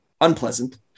unpleasant